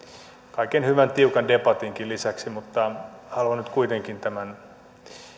kaiken hyvän tiukan debatinkin lisäksi mutta haluan kuitenkin